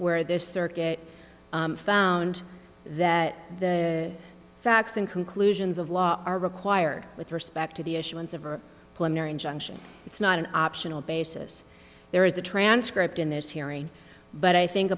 where this circuit found that the facts and conclusions of law are required with respect to the issuance of a it's not an optional basis there is a transcript in this hearing but i think